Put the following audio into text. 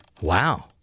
Wow